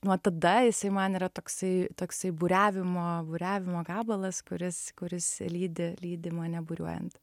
nuo tada jisai man yra toksai toksai buriavimo buriavimo gabalas kuris kuris lydi lydi mane buriuojant